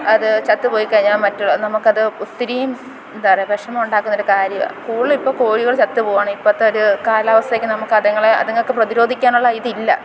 അതു ചത്തു പോയിക്കഴിഞ്ഞാൽ നമുക്കത് ഒത്തിരിയും എന്താ പറയുക വിഷമം ഉണ്ടാക്കുന്നൊരു കാര്യമാണ് കൂടുതലും ഇപ്പം കോഴികൾ ചത്തു പോകുകയാണ് ഇപ്പോഴത്തെ ഒരു കാലാവസ്ഥയ്ക്ക് നമുക്കതുങ്ങളെ അതുങ്ങൾക്ക് പ്രതിരോധിക്കാനുള്ള ഇതില്ല